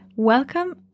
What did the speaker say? Welcome